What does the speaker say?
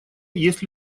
есть